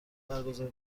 برگزار